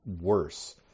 worse